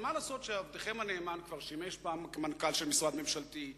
אבל מה לעשות שעבדכם הנאמן כבר שימש פעם מנכ"ל של משרד ממשלתי,